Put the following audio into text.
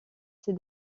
ces